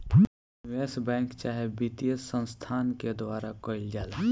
निवेश बैंक चाहे वित्तीय संस्थान के द्वारा कईल जाला